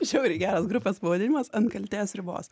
žiauriai geras grupės pavadinimas ant kaltės ribos